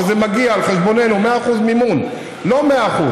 וזה מגיע על חשבוננו, 100% מימון, לא 100%